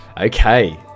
okay